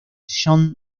john